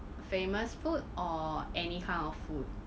famous food or any kind of food